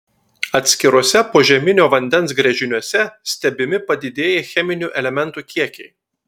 atskiruose požeminio vandens gręžiniuose stebimi padidėję cheminių elementų kiekiai